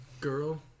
girl